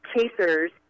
chasers